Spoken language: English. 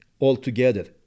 altogether